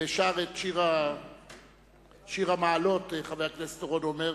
ושר את שיר המעלות, אומר חבר הכנסת אורון: